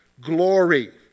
glory